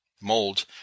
mold